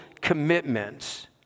commitments